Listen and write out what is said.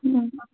ꯎꯝ